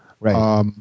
Right